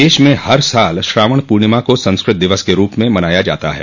देश में हर साल श्रावण पूर्णिमा को संस्कृत दिवस के रूप में मनाया जाता है